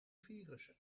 virussen